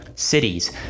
cities